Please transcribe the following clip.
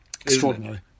Extraordinary